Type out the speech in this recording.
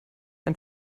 ein